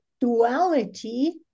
duality